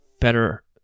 Better